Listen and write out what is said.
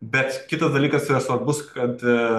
bet kitas dalykas yra svarbus kad